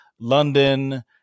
London